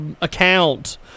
account